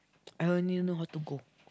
I only know how to go